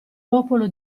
popolo